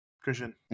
Christian